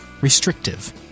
restrictive